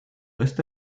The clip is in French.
resté